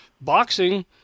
boxing